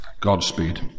Godspeed